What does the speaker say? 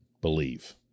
believe